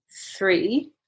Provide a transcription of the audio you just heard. three